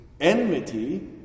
enmity